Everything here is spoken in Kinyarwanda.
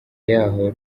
yaho